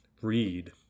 read